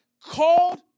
called